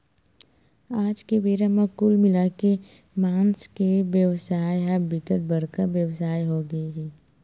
आज के बेरा म कुल मिलाके के मांस के बेवसाय ह बिकट बड़का बेवसाय होगे हे